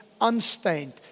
unstained